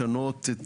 לשנות,